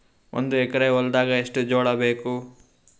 ಒಂದು ಎಕರ ಹೊಲದಾಗ ಎಷ್ಟು ಜೋಳಾಬೇಕು?